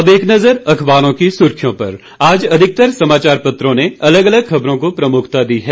अब एक नज़र अखबारों की सुर्खियों पर आज अधिकतर समाचार पत्रों ने अलग अलग ख़बरो को प्रमुखता दी है